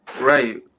Right